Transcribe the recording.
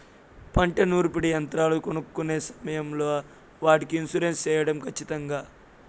పంట నూర్పిడి యంత్రాలు కొనుక్కొనే సమయం లో వాటికి ఇన్సూరెన్సు సేయడం ఖచ్చితంగా?